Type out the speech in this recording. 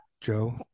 Joe